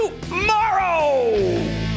tomorrow